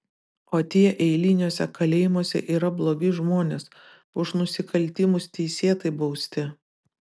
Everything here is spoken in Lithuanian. o tie eiliniuose kalėjimuose yra blogi žmonės už nusikaltimus teisėtai bausti